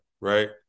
right